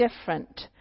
different